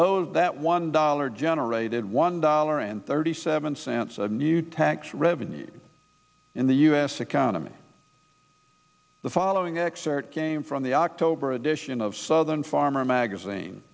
ose that one dollar generated one dollar and thirty seven cents of new tax revenue in the u s economy the following excerpt came from the october edition of southern farmer magazine